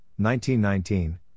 1919